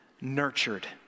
nurtured